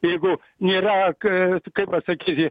jeigu nėra ką kaip pasakyti